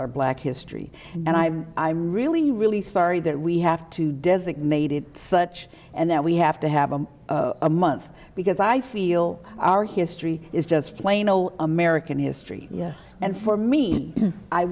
are black history and i'm really really sorry that we have to designated such and that we have to have a a month because i feel our history is just plain ole american history yes and for me i